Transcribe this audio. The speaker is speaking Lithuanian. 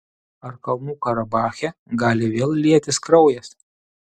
ar kalnų karabache gali vėl lietis kraujas